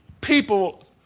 people